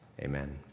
amen